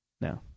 no